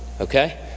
Okay